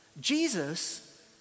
Jesus